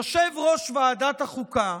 יושב-ראש ועדת החוקה,